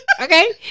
Okay